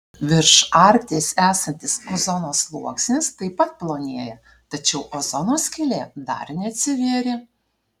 virš arkties esantis ozono sluoksnis taip pat plonėja tačiau ozono skylė dar neatsivėrė